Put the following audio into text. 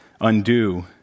undo